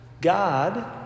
God